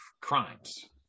crimes